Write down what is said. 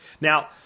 Now